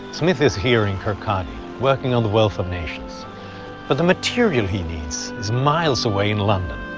smith is here in kirkcaldy working on the wealth of nations but the material he needs is miles away in london.